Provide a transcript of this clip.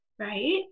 right